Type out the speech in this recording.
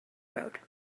road